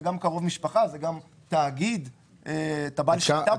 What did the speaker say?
זה גם קרוב משפחה, זה גם תאגיד שאתה בעל שליטה בו.